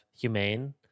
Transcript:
humane